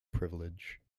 privilege